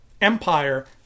empire